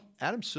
Adam